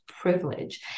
privilege